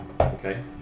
Okay